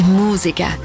musica